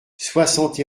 soixante